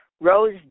Rose